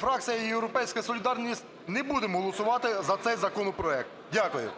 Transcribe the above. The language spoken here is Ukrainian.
фракція "Європейська солідарність", не будемо голосувати за цей законопроект. Дякую.